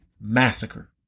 massacre